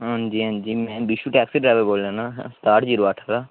हां जी हां जी मै बिशु टैक्सी ड्राइवर बोल्लै ना सताह्ठ जीरो अट्ठ दा